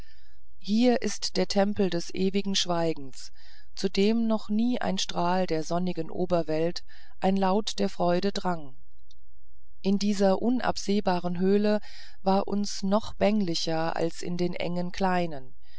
hier ist der tempel des ewigen schweigens zu dem noch nie ein strahl der sonnigen oberwelt ein laut der freude drang in dieser unabsehbaren höhle war uns noch bänglicher als in den engen kleinen